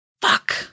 Fuck